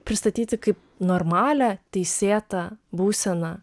pristatyti kaip normalią teisėtą būseną